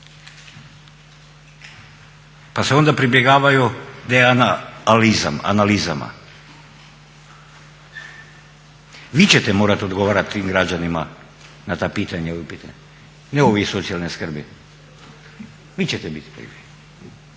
pa se onda pribjegavaju DNA analizama. Vi ćete morati odgovarati tim građanima na ta pitanja i upite, ne ovi iz socijalne skrbi. Vi ćete biti krivi.